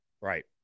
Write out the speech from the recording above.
right